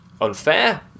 unfair